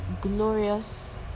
glorious